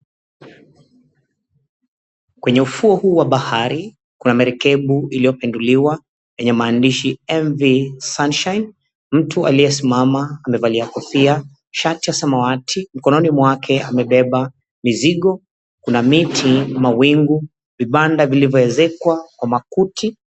Kwenye ufuo huu wa bahari kuna merikebu iliyopenduliwa yenye maandishi MV Sunshine . Mtu aliyesimama amevalia kofia, shati ya samawati, mkononi mwake amebeba mizigo. Kuna miti mawingu, vibanda vilivyoezekwa kwa makuti.